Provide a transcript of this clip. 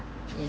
in